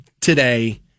today